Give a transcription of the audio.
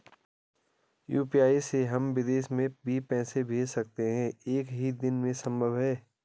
UPI से हम विदेश में भी पैसे भेज सकते हैं एक ही दिन में संभव है?